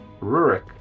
Rurik